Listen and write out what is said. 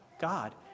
God